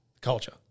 Culture